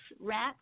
rats